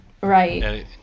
Right